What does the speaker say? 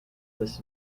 this